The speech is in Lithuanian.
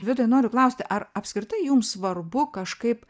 vidai noriu klausti ar apskritai jums svarbu kažkaip